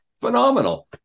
phenomenal